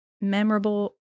memorable